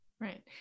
Right